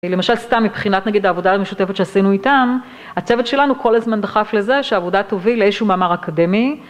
למשל סתם מבחינת נגיד העבודה המשותפת שעשינו איתן, הצוות שלנו כל הזמן דחף לזה שהעבודה תוביל לאיזשהו מאמר אקדמי.